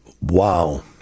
wow